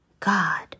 God